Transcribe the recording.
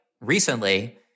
recently